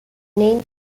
name